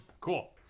Cool